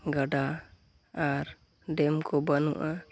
ᱜᱟᱰᱟ ᱟᱨ ᱰᱮᱢᱠᱚ ᱵᱟᱹᱱᱩᱜᱼᱟ